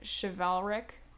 chivalric